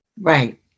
right